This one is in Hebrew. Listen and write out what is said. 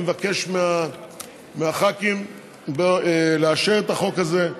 אני מבקש מהח"כים לאשר את החוק הזה,